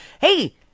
hey